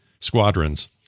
squadrons